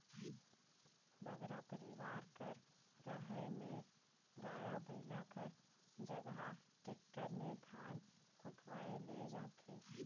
बगरा परिवार कर रहें में गाड़ा बइला कर जगहा टेक्टर में धान कुटवाए ले जाथें